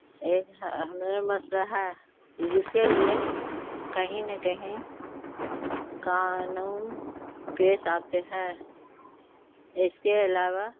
ایک ہمیں مسئلہ ہے جس کے لیے کہیں نہ کہیں قانون پیش آتے ہیں اس کے علاوہ